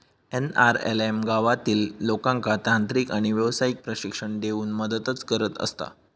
NRLM गावातील लोकांका तांत्रिक आणि व्यावसायिक प्रशिक्षण देऊन मदतच करत असता